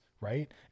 right